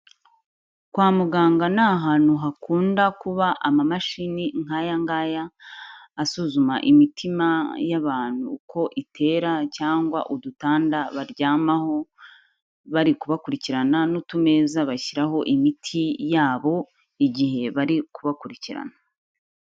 Kwa muganga ni ahantu hakunda kuba amamashini nkaya ngaya asuzuma imitima y'abantu uko itera cyangwa udutanda baryamaho bari kubakurikirana n'utumeza bashyiraho imiti yabo igihe bari kubakurikirana.